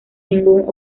ningún